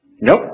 Nope